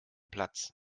platz